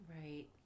Right